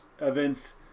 events